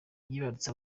yibarutse